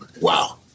Wow